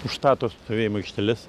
užstato stovėjimo aikšteles